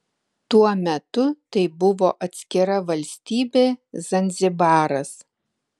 tuo metu tai buvo atskira valstybė zanzibaras